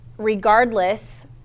regardless